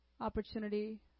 opportunity